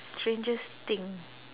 strangest thing